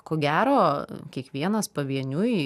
ko gero kiekvienas pavieniui